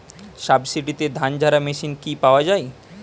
সাবসিডিতে ধানঝাড়া মেশিন কি পাওয়া য়ায়?